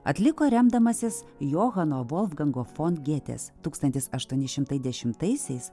atliko remdamasis johano volfgango fon gėtės tūkstantis aštuoni šimtai dešimtaisiais